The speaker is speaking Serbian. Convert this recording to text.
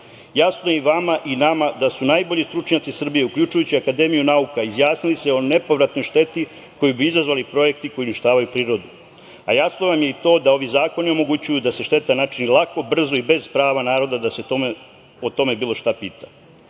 je i vama i nama da su najbolji stručnjaci Srbije, uključujući Akademiju nauka izjasnili se o nepovratnoj šteti koju bi izazvali projekti koji uništavaju prirodu, a jasno vam je i to da ovi zakoni omogućuju da se šteta načini lako, brzo i bez prava naroda da se o tome bilo šta pita. Nama